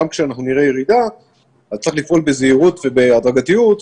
שגם כשאנחנו נראה ירידה צריך לפעול בזהירות ובהדרגתיות,